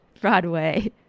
broadway